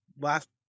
last